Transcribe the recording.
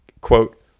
quote